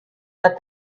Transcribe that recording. but